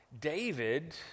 David